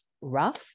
rough